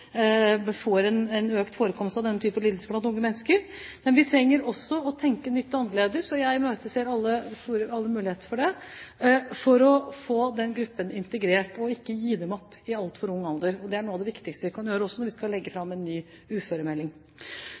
får en økt forekomst av denne typen lidelser blant unge mennesker, men vi trenger også å tenke nytt og annerledes. Jeg imøteser alle muligheter for å få den gruppen integrert og ikke gi dem opp i altfor ung alder. Det er noe av det viktigste vi kan gjøre når vi skal legge fram en ny uføremelding.